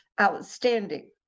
outstanding